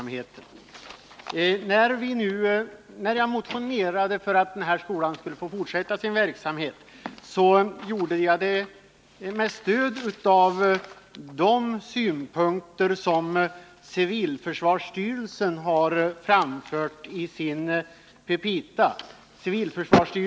Min motion om att skolan bör få fortsätta sin verksamhet stöder sig på de synpunkter som civilförsvarsstyrelsen har framfört i sina petita.